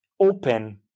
open